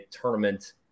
tournament